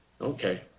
Okay